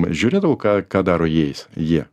žiūrėdavau ką ką daro jais jie